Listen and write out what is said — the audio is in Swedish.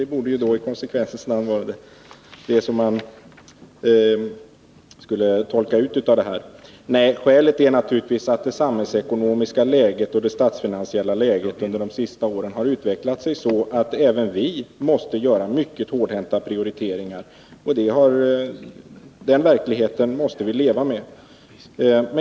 Det borde i konsekvensens namn vara vad man skulle tolka ut ur det yttrandet. Nej, skälet är naturligtvis att det samhällsekonomiska och statsfinansiella läget under de senaste åren har utvecklat sig så att även vi måste göra mycket hårdhänta prioriteringar. Den verkligheten måste vi leva med.